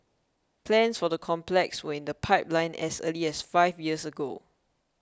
plans for the complex were in the pipeline as early as five years ago